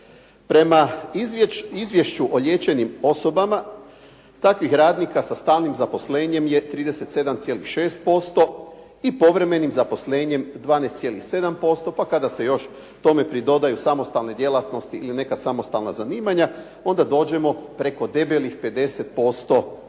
Prema Izvješću o liječenim osobama, takvih radnika sa stalnim zaposlenjem je 37,6% i povremenim zaposlenjem 12,7%. Pa kada se tome još pridodaju samostalne djelatnosti ili neka samostalna zanimanja, onda dođemo negdje preko debelih 50% onih